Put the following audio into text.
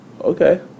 Okay